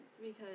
because-